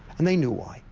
and they knew why,